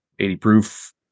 80-proof